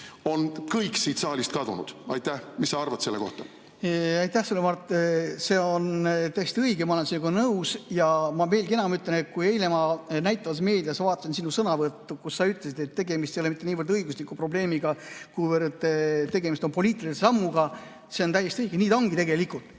on kõik siit saalist kadunud. Mis sa arvad selle kohta? Aitäh sulle, Mart! See on täiesti õige, ma olen sinuga nõus. Ja ma veelgi enam: ma ütlen, et eile ma näitavas meedias vaatasin sinu sõnavõttu, kus sa ütlesid, et tegemist ei ole mitte niivõrd õigusliku probleemiga, kuivõrd poliitilise sammuga, ja see on täiesti õige. Nii ta ongi tegelikult.